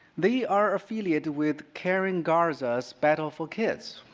they are affiliated with karen garza's battle for kids.